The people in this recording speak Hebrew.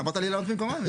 אמרת לי לענות במקומם.